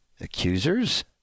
accusers